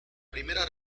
primera